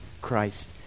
Christ